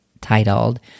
titled